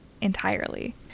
entirely